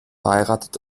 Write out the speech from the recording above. verheiratet